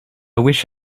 wish